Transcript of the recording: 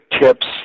tips